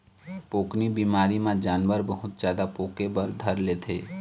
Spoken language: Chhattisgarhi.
पोकनी बिमारी म जानवर बहुत जादा पोके बर धर लेथे